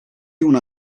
una